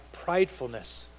pridefulness